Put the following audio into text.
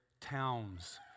towns